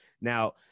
Now